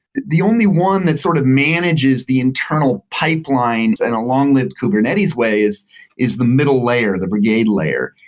the only one that sort of manages the internal pipeline and long-lived kubernetes way is is the middle layer, the brigade layer.